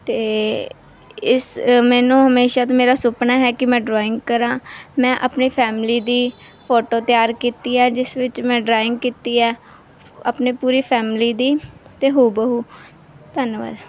ਅਤੇ ਇਸ ਮੈਨੂੰ ਹਮੇਸ਼ਾ ਤੋਂ ਮੇਰਾ ਸੁਪਨਾ ਹੈ ਕਿ ਮੈਂ ਡਰਾਇੰਗ ਕਰਾਂ ਮੈਂ ਆਪਣੀ ਫੈਮਿਲੀ ਦੀ ਫੋਟੋ ਤਿਆਰ ਕੀਤੀ ਹੈ ਜਿਸ ਵਿੱਚ ਮੈਂ ਡਰਾਇੰਗ ਕੀਤੀ ਹੈ ਆਪਣੀ ਪੂਰੀ ਫੈਮਿਲੀ ਦੀ ਅਤੇ ਹੂਬਹੂ ਧੰਨਵਾਦ